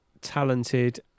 talented